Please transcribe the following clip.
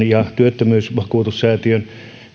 ja työttömyysvakuutusrahaston